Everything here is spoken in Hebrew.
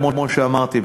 כמו שאמרתי,